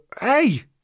hey